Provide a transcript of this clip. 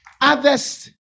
Others